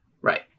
right